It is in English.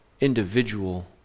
individual